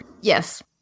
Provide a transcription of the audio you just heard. Yes